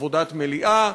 עבודת מליאה,